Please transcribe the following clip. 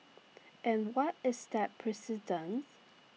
and what is that precedence